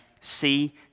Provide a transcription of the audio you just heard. see